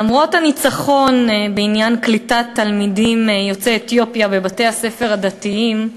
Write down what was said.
למרות הניצחון בעניין קליטת תלמידים יוצאי אתיופיה בבתי-הספר הדתיים,